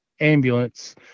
ambulance